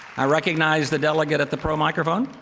i recognize the delegate at the pro microphone.